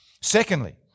Secondly